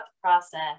process